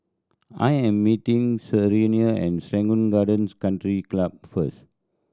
I am meeting Serena and Serangoon Gardens Country Club first